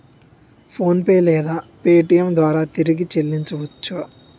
PhonePe లేదా Paytm ద్వారా తిరిగి చల్లించవచ్చ?